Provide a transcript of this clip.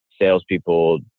salespeople